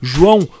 João